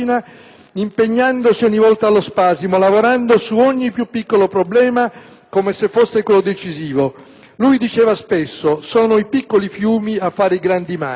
impegnandosi ogni volta allo spasimo, lavorando su ogni più piccolo problema come se fosse quello decisivo. Lui diceva spesso: «Sono i piccoli fiumi a fare i grandi mari».